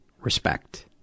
respect